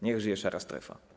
Niech żyje szara strefa.